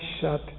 shut